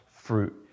fruit